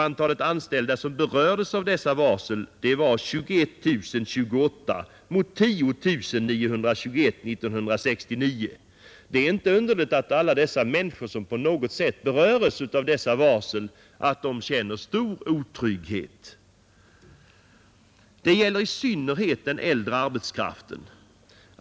Antalet anställda som berörts av detta varsel var 21 028 mot 10 921 år 1969. Det är inte underligt att alla de människor som på något sätt berörs av dessa varsel känner stor otrygghet. Detta gäller i synnerhet den äldre arbetskraften.